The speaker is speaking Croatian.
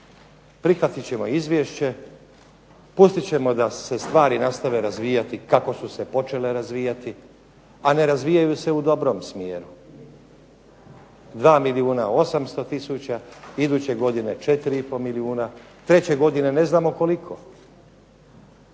Prihvatit ćemo izvješće, pustit ćemo da se stvari nastave razvijati kako su se počele razvijati, a ne razvijaju se u dobrom smjeru. 2 milijuna 800 tisuća, iduće godine 4,5 milijuna, treće godine ne znamo koliko.